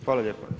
Hvala lijepa.